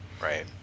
right